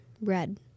red